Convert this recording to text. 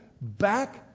Back